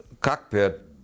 cockpit